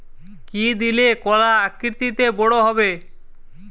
কি দিলে কলা আকৃতিতে বড় হবে?